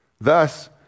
Thus